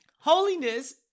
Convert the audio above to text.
holiness